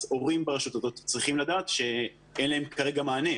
אז הורים ברשות כזאת צריכים לדעת שאין להם כרגע מענה,